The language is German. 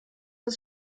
das